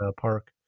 Park